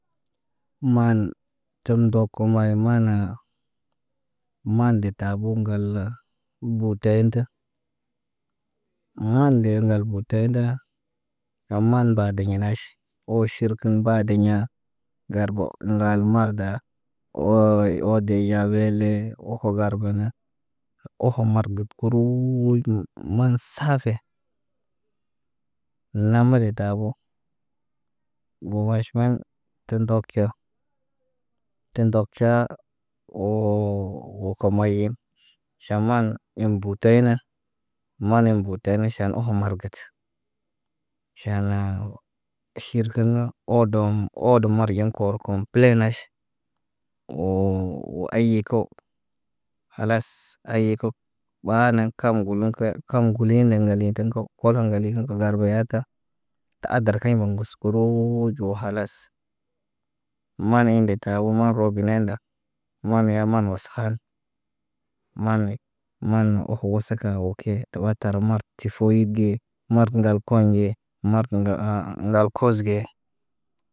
Maan cel ndok kuman maana. Maan de ta bo ŋgal buteyin tə. Mooŋge ŋgal butey da amanda degenaʃ, aw ʃirkiɲ baadeɲa. Garbo ŋgal maarda. Woo oo de javelə ohoko gar bena, oho margət kuruu nom saafi noma de tabo. Gmaʃ man tə ndokiyo. Tə ndok caa woo, wo komo ɲen. Ʃamlaŋg an butey na mal en butey ʃan oho margət. Ʃann ʃirkiɲa odomm oodom margaɲ kor kom pəley naʃ. Woo, wo ayi kow khalas ayi ko. Ɓaar na kamerune ka kam ŋguley naŋg ŋgal ley tə naŋg kaw koka ŋgaliki kə ŋgar baata. Ta adar kiɲ ŋgal ŋgos koroo ɟo khalas. Maane de taboo mabe biney nda. Moŋg ya maan waskan maan oho waska wo kee. Tuwa tara martə tifoyid ge martə ŋgal koɲ ge martə ŋga ŋgal kos.